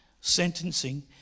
sentencing